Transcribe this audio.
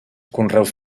conreus